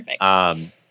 Perfect